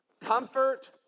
comfort